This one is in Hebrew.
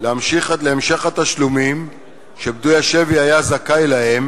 להמשך התשלומים שפדוי השבי היה זכאי להם